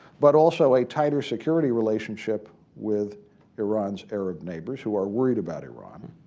but also a tighter security relationship with iran's arab neighbors who are worried about iran.